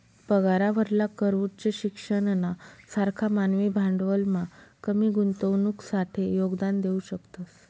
पगारावरला कर उच्च शिक्षणना सारखा मानवी भांडवलमा कमी गुंतवणुकसाठे योगदान देऊ शकतस